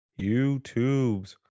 YouTubes